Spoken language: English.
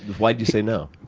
why did you say no?